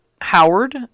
Howard